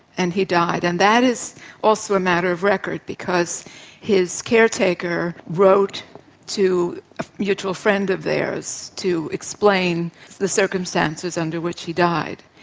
and he died, and that is also a matter of record, because his caretaker wrote to a mutual friend of theirs to explain the circumstances under which he died.